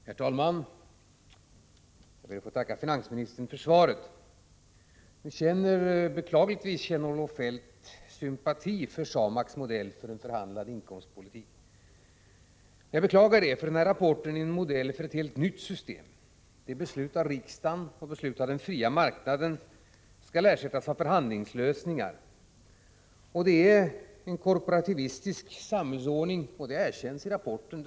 Herr talman! Jag ber att få tacka finansministern för svaret. Beklagligtvis känner Kjell-Olof Feldt sympati för SAMAK:s modell för en förhandlad inkomstpolitik. Jag beklagar det, för den här rapporten är en modell för ett helt nytt system, där beslut av riksdagen och beslut av marknaden skall ersättas av förhandlingslösningar. Det är en korporativistisk samhällsordning — och det erkänns i rapporten.